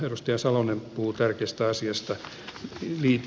edustaja salonen puhui tärkeästä asiasta